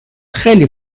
خیلی